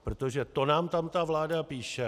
Protože to nám ta vláda píše.